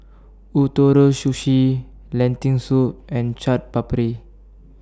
Ootoro Sushi Lentil Soup and Chaat Papri